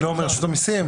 אני לא מרשות המסים.